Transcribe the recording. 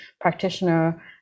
practitioner